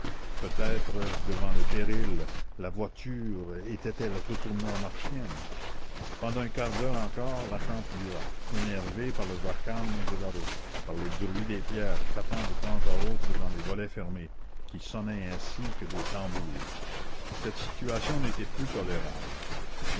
peut-être devant le péril la voiture était-elle retournée à marchiennes pendant un quart d'heure encore l'attente dura énervée par le vacarme de la route par le bruit des pierres tapant de temps à autre dans les volets fermés qui sonnaient ainsi que des tambours cette situation n'était plus tolérable